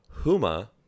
Huma